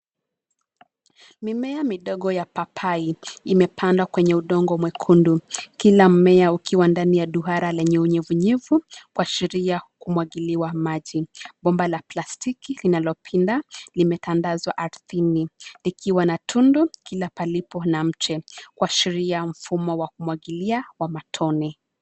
Mimea midogo ya papai imepandwa kwenye udongo mwekundu, kila mmea ukiwa ndani ya duara lenye unyevunyevu kuasheria kumwagiliwa maji. Bomba la plastiki linalopinda limetandazwa ardhini likiwa na tundu kila palipo na mche kuashiria mfumo wa kumwagilia wa matone.